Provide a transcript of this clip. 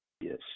Yes